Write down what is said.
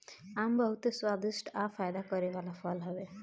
आम बहुते स्वादिष्ठ आ फायदा करे वाला फल हवे